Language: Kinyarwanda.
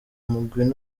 mugwi